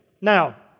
Now